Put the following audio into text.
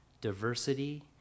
diversity